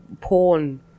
porn